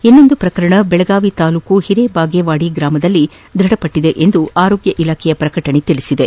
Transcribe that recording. ಇನ್ನೊಂದು ಪ್ರಕರಣ ಬೆಳಗಾವಿ ತಾಲೂಕಿನ ಹಿರೇಬಾಗೇವಾಡಿ ಗ್ರಾಮದಲ್ಲಿ ದೃಢಪಟ್ಟದೆ ಎಂದು ಆರೋಗ್ಯ ಇಲಾಖೆ ಪ್ರಕಟಣೆ ತಿಳಿಸಿದೆ